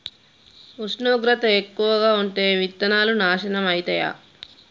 ఉష్ణోగ్రత ఎక్కువగా ఉంటే విత్తనాలు నాశనం ఐతయా?